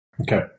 Okay